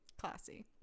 Classy